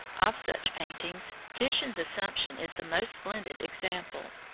of such paintings, titian's assumption is the most splendid example.